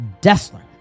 Dessler